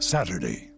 Saturday